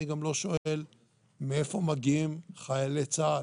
אני גם לא שואל מאיפה מגיעים חיילי צה"ל,